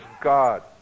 God